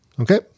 Okay